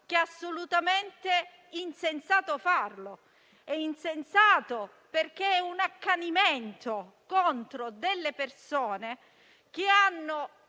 che è assolutamente insensato farlo. È insensato, perché è un accanimento contro persone che hanno